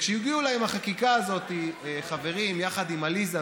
וכשהגיעו אליי עם החקיקה הזאת חברים יחד עם עליזה,